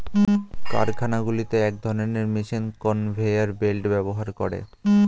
কারখানাগুলোতে এক ধরণের মেশিন কনভেয়র বেল্ট ব্যবহার করে